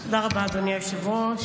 תודה רבה, אדוני היושב-ראש.